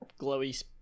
glowy